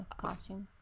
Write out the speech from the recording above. costumes